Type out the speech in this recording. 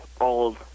old